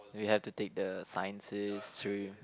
we have to take the Sciences through